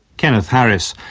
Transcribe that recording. kenneth harris.